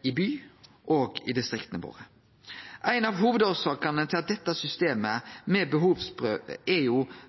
i byane og i distrikta våre. Ei av hovudårsakene til dette systemet er